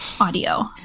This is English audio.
audio